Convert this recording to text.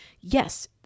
yes